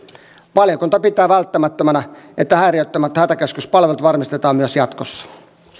valiokunta pitää välttämättömänä että häiriöttömät hätäkeskuspalvelut varmistetaan myös jatkossa